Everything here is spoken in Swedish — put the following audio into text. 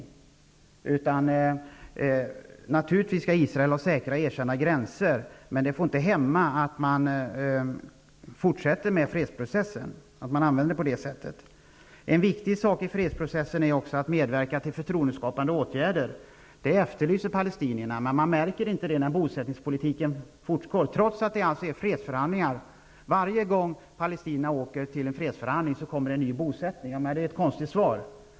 Israel skall naturligtvis ha säkra och erkända gränser, men den frågan får naturligtvis inte hämma en fortsatt fredsprocess. En viktig sak i fredsprocessen är också att medverka till förtroendeskapande åtgärder. Det efterlyser palestinierna, men man märker inte det när bosättningspolitiken fortgår, trots fredsförhandlingar. Varje gång som palestinierna åker till en fredsförhandling kommer det en ny bosättning.